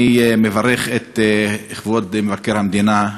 אני מברך את כבוד מבקר המדינה,